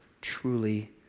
truly